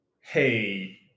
hey